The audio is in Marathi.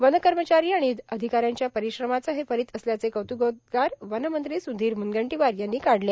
वनकमंचारी आणि अधिका यांच्या परीश्रमांचे हे फलीत असल्याचे कोंतुकोदगार वनमंत्री सुधीर मुनगंटीवार यांनी काढले